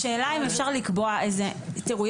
תיראו,